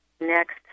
next